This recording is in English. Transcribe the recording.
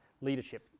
leadership